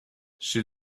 she